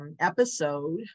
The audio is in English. episode